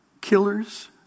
killers